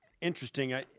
interesting